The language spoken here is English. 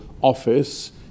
office